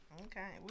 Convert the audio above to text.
Okay